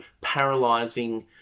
paralyzing